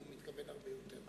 הוא מתכוון להרבה יותר.